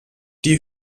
die